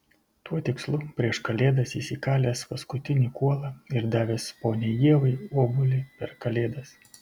tuo tikslu prieš kalėdas jis įkalęs paskutinį kuolą ir davęs poniai ievai obuolį per kalėdas